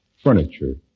furniture